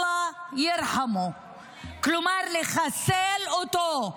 אללה ירחמו, כלומר, לחסל אותו,